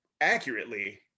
accurately